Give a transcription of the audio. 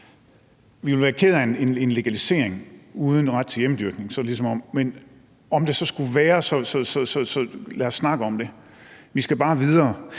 Vi ville være kede af en legalisering uden ret til hjemmedyrkning, men om det så skulle være, så lad os snakke om det. Vi skal bare videre.